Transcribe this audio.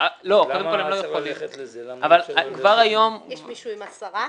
-- אז למה הם לא יכולים --- יש מישהו עם עשרה?